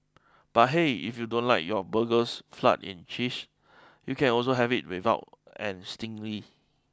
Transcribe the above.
but hey if you don't like your burgers flood in cheese you can also have it without and singly